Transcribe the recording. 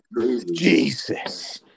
Jesus